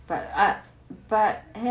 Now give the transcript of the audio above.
but ah but